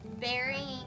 burying